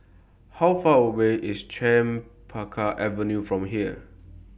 How Far away IS Chempaka Avenue from here